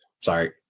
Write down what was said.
sorry